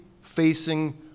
facing